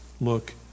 look